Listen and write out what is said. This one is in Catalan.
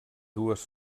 dues